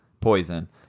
Poison